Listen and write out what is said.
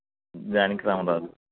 Janaki Ramaraju